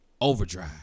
Overdrive